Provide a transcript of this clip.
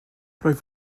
rwyf